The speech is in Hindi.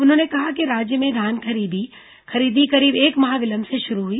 उन्होंने कहा कि राज्य में धान खरीदी एक माह विलंब से शुरू हुई